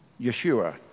Yeshua